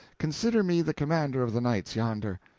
consider me the commander of the knights yonder.